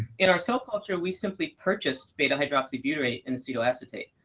in our cell culture, we simply purchased beta-hydroxybutyrate and acetoacetate.